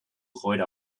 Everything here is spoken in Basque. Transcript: joera